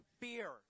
fear